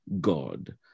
God